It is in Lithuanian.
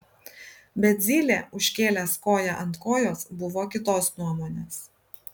bet zylė užkėlęs koją ant kojos buvo kitos nuomones